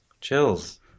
chills